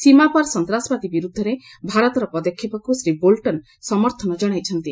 ସୀମାପାର ସନ୍ତାସବାଦୀ ବିରୁଦ୍ଧରେ ଭାରତର ପଦକ୍ଷେପକୁ ଶ୍ରୀ ବୋଲଟନ ସମର୍ଥନ ଜଣାଇଛନ୍ତି